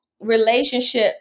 relationship